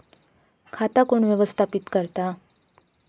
खाता कोण व्यवस्थापित करता?